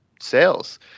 sales